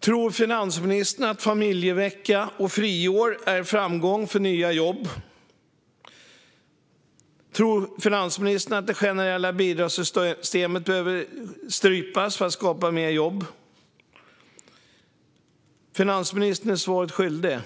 Tror finansministern att familjevecka och friår är en framgångsrik väg för nya jobb? Tror finansministern att det generella bidragssystemet behöver strypas för att skapa fler jobb? Finansministern är svaret skyldig.